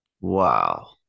Wow